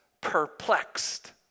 perplexed